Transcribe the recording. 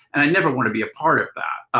and i never want to be a part of that.